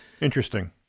Interesting